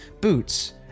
boots